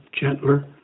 gentler